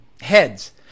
heads